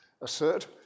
assert